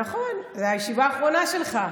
נכון, זו הישיבה האחרונה שלך.